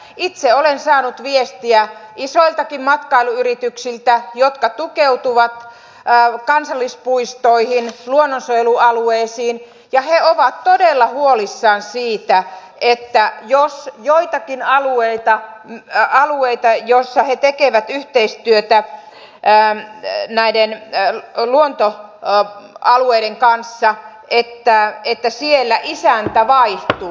itse olen saanut viestiä isoiltakin matkailuyrityksiltä jotka tukeutuvat kansallispuistoihin luonnonsuojelualueisiin ja he ovat todella huolissaan siitä jos joillakin alueilla joissa he tekevät yhteistyötä näiden luontoalueiden kanssa isäntä vaihtuu